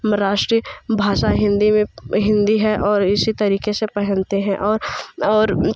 राष्ट्रीय भाषा हिंदी में हिंदी है और इसी तरीक़े से पहनते हैं और और